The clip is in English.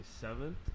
seventh